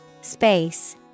Space